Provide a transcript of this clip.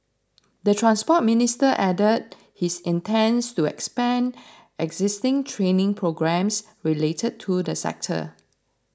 the Transport Minister added he intends to expand existing training programmes related to the sector